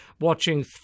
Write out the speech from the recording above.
watching